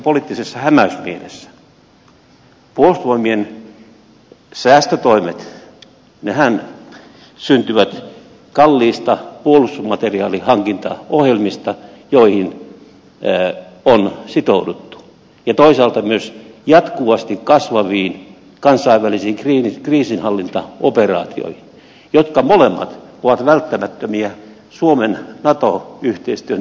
puolustusvoimien säästötoimethan syntyvät kalliista puolustusmateriaalihankintaohjelmista joihin on sitouduttu ja toisaalta myös jatkuvasti kasvavista kansainvälisistä kriisinhallintaoperaatioista jotka molemmat ovat välttämättömiä suomen nato yhteistyön tiivistämiseksi